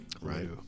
Right